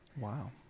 wow